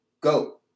go